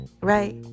right